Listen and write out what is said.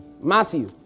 Matthew